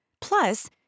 Plus